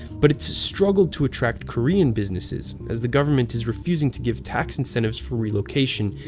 but it's struggled to attract korean businesses as the government is refusing to give tax incentives for relocation,